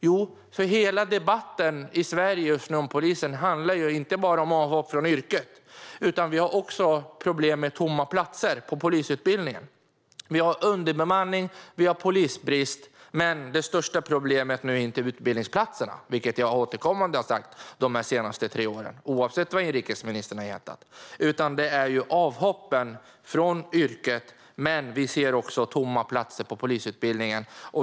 Jo, för att debatten i Sverige om polisen just nu inte bara handlar om avhopp från yrket. Vi har också problem med tomma platser på polisutbildningen. Vi har underbemanning. Vi har polisbrist. Det största problemet är inte utbildningsplatserna, vilket jag återkommande har sagt de senaste tre åren, oavsett vad inrikesministern har hetat, utan avhoppen från yrket. Men vi ser också tomma platser på polisutbildningen.